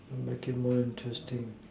so make it more interesting